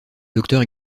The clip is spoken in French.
docteur